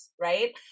right